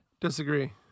Disagree